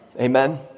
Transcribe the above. Amen